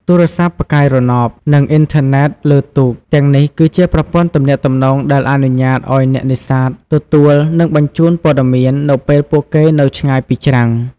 ទូរស័ព្ទផ្កាយរណប និងអ៊ីនធឺណិតលើទូក ទាំងនេះគឺជាប្រព័ន្ធទំនាក់ទំនងដែលអនុញ្ញាតឲ្យអ្នកនេសាទទទួល និងបញ្ជូនព័ត៌មាននៅពេលពួកគេនៅឆ្ងាយពីច្រាំង។